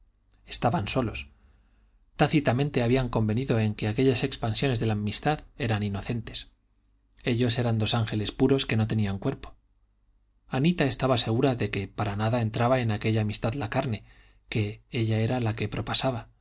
estaban solos tácitamente habían convenido en que aquellas expansiones de la amistad eran inocentes ellos eran dos ángeles puros que no tenían cuerpo anita estaba tan segura de que para nada entraba en aquella amistad la carne que ella era la que